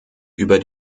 über